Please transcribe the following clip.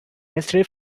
mystery